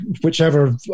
whichever